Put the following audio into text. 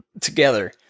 together